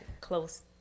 close